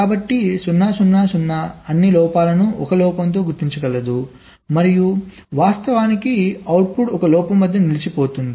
కాబట్టి 0 0 0 అన్ని లోపాలను 1 లోపంతో గుర్తించగలదు మరియు వాస్తవానికి అవుట్పుట్ 1 లోపం వద్ద నిలిచిపోతుంది